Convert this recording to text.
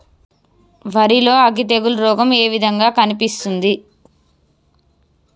వరి లో అగ్గి తెగులు రోగం ఏ విధంగా కనిపిస్తుంది?